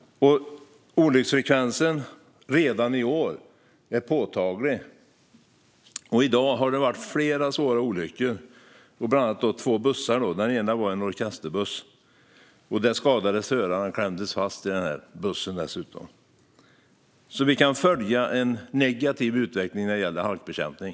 Olycksfrekvensen för i år är redan påtaglig. I dag har det varit flera svåra olyckor, bland annat en olycka med två bussar. Den ena var en orkesterbuss, där föraren klämdes fast och skadades. Vi kan alltså se en negativ utveckling när det gäller halkbekämpning.